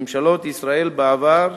ממשלות ישראל בעבר,